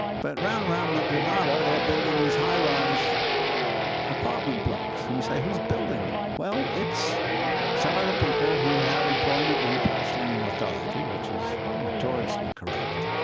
but around ramallah, they're building these high-rise apartment blocks. and you say, who's building them? well, it's some of the people who have employment in the palestinian authority, which is notoriously corrupt.